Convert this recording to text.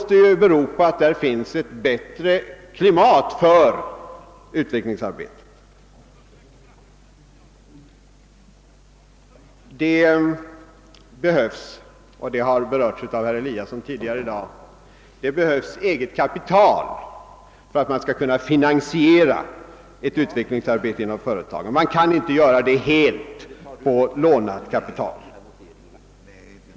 Detta måste bero på att det i USA råder ett bättre klimat för utvecklingsarbete. Det behövs, såsom har berörts av herr Eliasson i Sundborn tidigare i dag, även eget kapital för finansiering av utvecklingsarbete inom ett företag; man kan inte helt anlita lånat kapital.